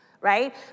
right